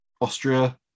Austria